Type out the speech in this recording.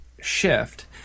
shift